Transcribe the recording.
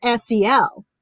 SEL